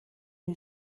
who